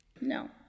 No